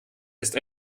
ist